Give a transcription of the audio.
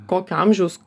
kokio amžiaus